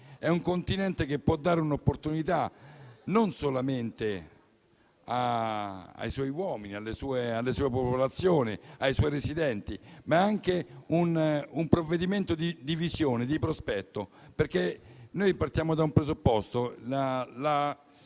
è un provvedimento che può dare un'opportunità non solamente ai suoi uomini, alle sue popolazioni e ai suoi residenti. È anche un provvedimento di visione e di prospetto. Noi partiamo da un presupposto: